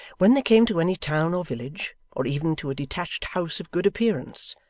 when they came to any town or village, or even to a detached house of good appearance,